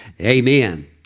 Amen